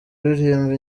uririmba